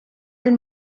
del